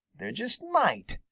there just might,